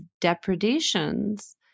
depredations